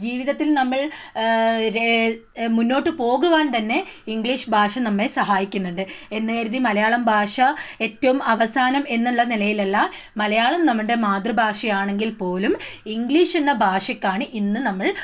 ജീവിതത്തിൽ നമ്മൾ രെ മുന്നോട്ടു പോകുവാൻ തന്നെ ഇംഗ്ലീഷ് ഭാഷ നമ്മെ സഹായിക്കുന്നുണ്ട് എന്ന് കരുതി മലയാളം ഭാഷ ഏറ്റവും അവസാനം എന്നുള്ള നിലയിൽ അല്ല മലയാളം നമ്മളുടെ മാതൃഭാഷയാണെങ്കിൽ പോലും ഇംഗ്ലീഷ് എന്ന ഭാഷക്കാണ് ഇന്ന് നമ്മൾ